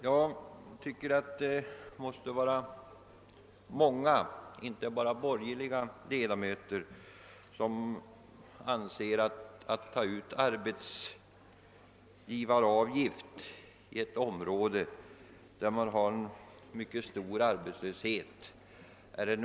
Det måste finnas många ledamöter, inte bara borgerliga, som anser det vara en olämplig form av beskattning att ta ut arbetsgivaravgift i ett område med stor arbetslöshet.